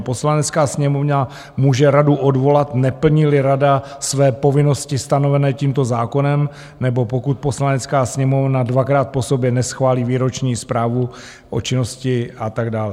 Poslanecká sněmovna může radu odvolat, neplníli rada své povinnosti stanovené tímto zákonem nebo pokud Poslanecká sněmovna dvakrát po sobě neschválí výroční zprávu o činnosti a tak dále.